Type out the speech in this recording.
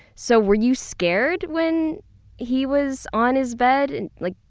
so were you scared when he was on his bed? and like,